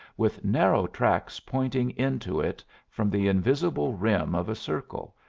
with narrow tracks pointing in to it from the invisible rim of a circle,